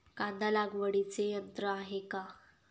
कांदा लागवडीचे यंत्र आहे का?